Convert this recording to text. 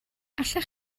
allech